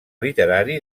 literari